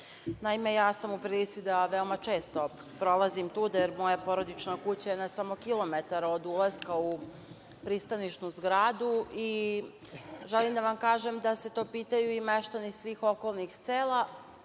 Morava? Naime, ja sam u prilici da veoma često prolazim tuda, jer moja porodična kuća je na samo kilometar od ulaska u pristanišnu zgradu i želim da vam kažem da se to pitaju i meštani svih okolnih sela,